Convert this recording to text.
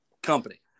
company